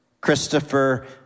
Christopher